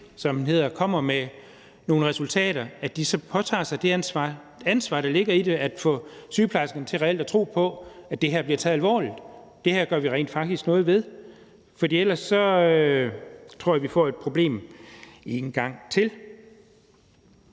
den hedder, kommer med nogle resultater, påtager sig det ansvar, der ligger i det, at få sygeplejersken til reelt at tro på, at det her bliver taget alvorligt, at vi rent faktisk gør noget ved det her. Ellers tror jeg, vi får et problem en gang til.